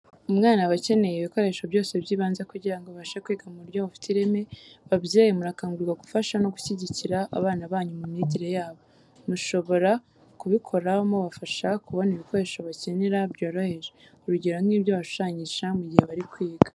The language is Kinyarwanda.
Umwana aba akeneye ibikoresho byose by'ibanze kugira ngo abashe kwiga mu buryo bufite ireme. Babyeyi murakangurirwa gufasha no gushyigikira abana banyu mu myigire yabo. Mushobora kubikora mubafasha kubona ibikoresho bakenera byoroheje, urugero nk'ibyo bashushanyisha mu gihe bari kwiga.